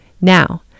Now